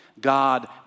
God